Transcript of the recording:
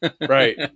Right